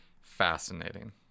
fascinating